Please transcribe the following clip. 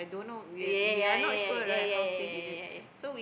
ya ya ya ya ya ya ya ya ya